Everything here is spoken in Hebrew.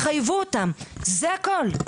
זה הכול.